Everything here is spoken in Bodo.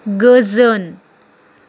गोजोन